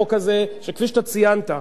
כפי שציינת,